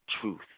truth